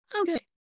Okay